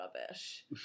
rubbish